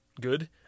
good